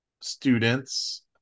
students